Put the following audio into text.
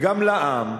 וגם לעם,